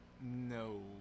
No